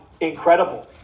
incredible